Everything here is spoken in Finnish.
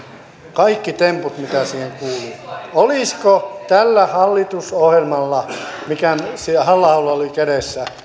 kaikki temput mitä siihen kuuluu olisiko tällä hallitusohjelmalla mikä halla aholla oli kädessään